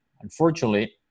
Unfortunately